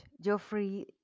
Geoffrey